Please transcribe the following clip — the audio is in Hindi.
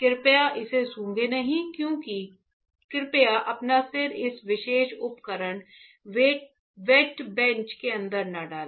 कृपया इसे सूंघें नहीं कृपया अपना सिर इस विशेष उपकरण वेट बेंच के अंदर न डालें